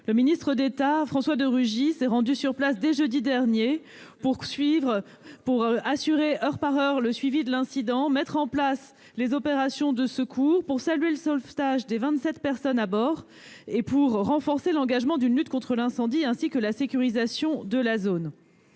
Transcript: Le ministre d'État, François de Rugy, s'est rendu sur les lieux dès jeudi dernier pour assurer, heure par heure, le suivi de l'incident, pour mettre en place les opérations de secours, pour saluer le sauvetage des vingt-sept personnes qui se trouvaient à bord et pour renforcer la lutte contre l'incendie ainsi que la sécurisation de la zone.